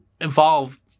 involve